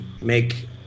make